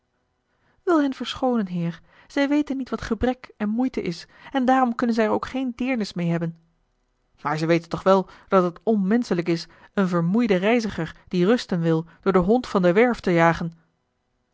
wil hen verschoonen heer zij weten niet wat gebrek en moeite is en daarom kunnen zij er ook geen deernis meê hebben maar ze weten toch wel dat het onmenschelijk is een vermoeiden reiziger die rusten wil door den hond van de werf te jagen